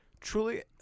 Truly